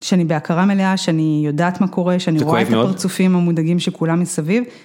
שאני בהכרה מלאה, שאני יודעת מה קורה. זה כואב מאד? שאני רואה את הפרצופים המודאגים של כולם מסביב.